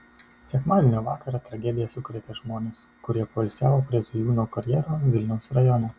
sekmadienio vakarą tragedija sukrėtė žmones kurie poilsiavo prie zujūnų karjero vilniaus rajone